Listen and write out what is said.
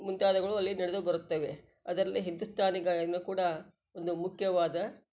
ಮುಂತಾದವುಗಳು ಅಲ್ಲಿ ನಡೆದು ಬರುತ್ತವೆ ಅದರಲ್ಲಿ ಹಿಂದುಸ್ತಾನಿ ಗಾಯನ ಕೂಡ ಒಂದು ಮುಖ್ಯವಾದ